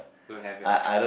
don't have ya